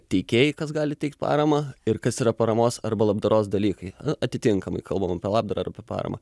teikėjai kas gali teikt paramą ir kas yra paramos arba labdaros dalykai atitinkamai kalbam apie labdarą arba paramą